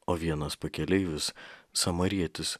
o vienas pakeleivis samarietis